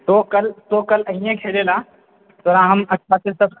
तौं कल तौं कल अइहै खेलै लए तोरा हम अच्छासँ